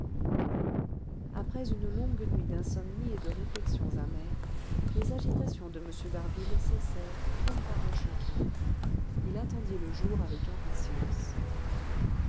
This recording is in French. après une longue nuit d'insomnie et de réflexions amères les agitations de m d'harville cessèrent comme par enchantement il attendit le jour avec impatience